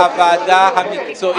כרגע הוועדה המקצועית